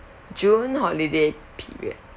june holiday period